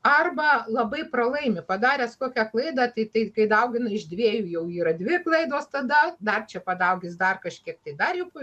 arba labai pralaimi padaręs kokią klaidą tai tai kai daugina iš dviejų jau yra dvi klaidos tada dar čia padaugis dar kažkiek tai dar juk